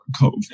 COVID